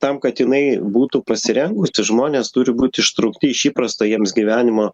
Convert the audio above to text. tam kad jinai būtų pasirengusi žmonės turi būt ištraukti iš įprasto jiems gyvenimo